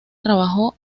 trabajó